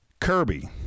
Kirby